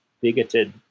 bigoted